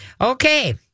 Okay